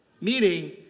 Meaning